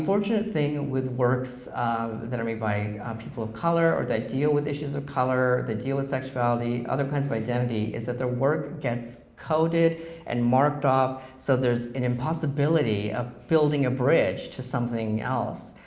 unfortunate thing with works that are made by people of color or that deal with issues of color that deal with sexuality, other kinds of identity is that their work gets coded and marked off, so there's an impossibility of building a bridge to something else,